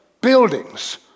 buildings